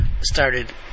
started